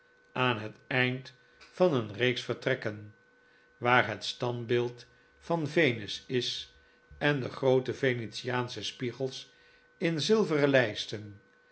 aan het eind van een reeks vertrekken waar het standbeeld van venus is en de groote venetiaansche spiegels in zilveren lijsten